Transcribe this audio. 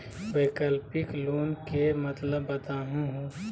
वैकल्पिक लोन के मतलब बताहु हो?